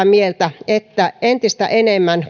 mieltä että entistä enemmän